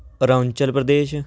Arunachal Pradesh